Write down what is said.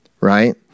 Right